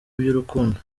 by’urukundo